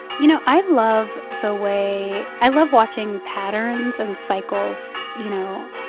you know, i love the way i love watching patterns and cycles, you know,